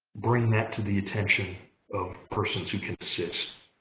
bring that to the attention of persons who can assist.